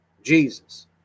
jesus